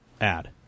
add